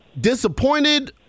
disappointed